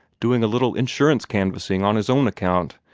doing a little insurance canvassing on his own account,